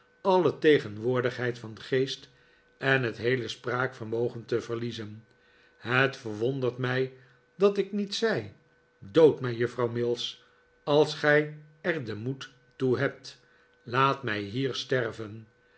alle tegenwoordigheid van geest en het heele spraakvermogen te verliezen het verwondert mij dat ik niet zei dood mij juffrouw mills als gij er den moed toe hebt laat mij hier sterven